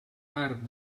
art